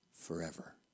Forever